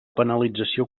penalització